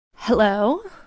hello?